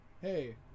Hey